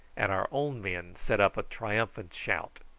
and our own men set up a triumphant shout.